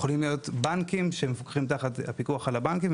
יכולים להיות בנקים שנמצאים תחת הפיקוח על הבנקים,